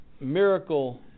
miracle